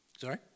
Sorry